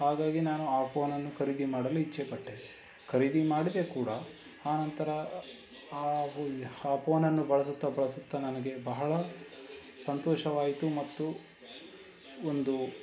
ಹಾಗಾಗಿ ನಾನು ಆ ಫೋನನ್ನು ಖರೀದಿ ಮಾಡಲು ಇಚ್ಛೆಪಟ್ಟೆ ಖರೀದಿ ಮಾಡಿದೆ ಕೂಡ ಆ ನಂತರ ಆ ಪೋನನ್ನು ಬಳಸುತ್ತಾ ಬಳಸುತ್ತಾ ನನಗೆ ಬಹಳ ಸಂತೋಷವಾಯಿತು ಮತ್ತು ಒಂದು